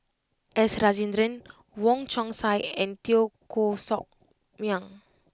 S Rajendran Wong Chong Sai and Teo Koh Sock Miang